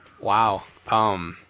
Wow